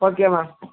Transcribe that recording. okay ma'am